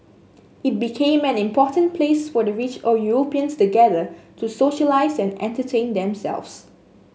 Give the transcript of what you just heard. it became an important place for the rich or Europeans to gather to socialise and entertain themselves